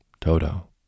Toto